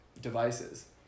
Devices